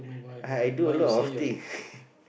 I I do a lot of thing